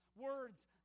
Words